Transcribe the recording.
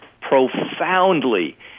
profoundly